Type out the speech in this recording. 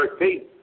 13